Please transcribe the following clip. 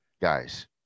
guys